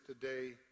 today